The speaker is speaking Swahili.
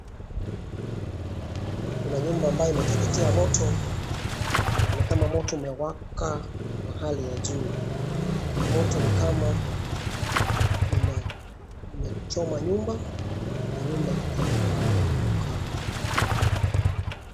Kuna nyumba ambayo inateketea moto, unaonekana moto umewaka kwa hali ya juu, na moto ni kama imechoma nyumba, na nyumba iko karibu kuanguka.